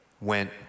went